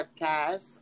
podcast